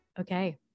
Okay